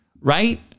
right